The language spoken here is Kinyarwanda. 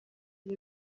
iyo